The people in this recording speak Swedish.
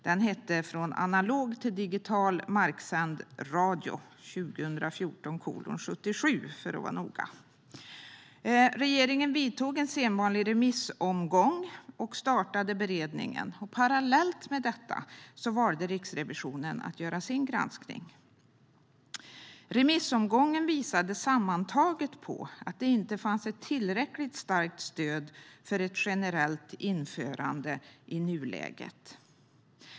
Den hette Från analog till digital marksänd radio - En plan från Digitalradiosamordningen , SOU 2014:77, för att vara noga. Regeringen vidtog en sedvanlig remissomgång och startade beredningen. Parallellt med detta valde Riksrevisionen att göra sin granskning. Remissomgången visade sammantaget att det inte fanns ett tillräckligt starkt stöd för ett generellt införande i nuläget.